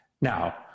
Now